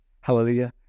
Hallelujah